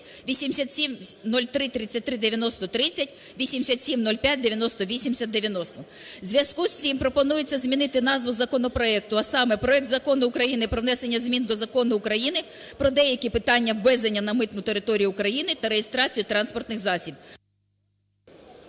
8703339030, 8705908090. У зв'язку з цим пропонується змінити назву законопроекту, а саме: проект Закону України про внесення змін до Закону України "Про деякі питання ввезення на митну територію України та реєстрації транспортних засобів".